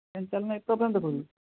fan ଚାଲୁନାହିଁ ଏପର୍ଯ୍ୟନ୍ତ ତଥାବି